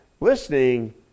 listening